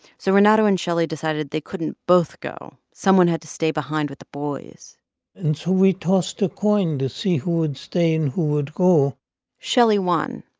so renato and shelly decided they couldn't both go. someone had to stay behind with the boys and so we tossed a coin to see who would stay and who would go shelly won.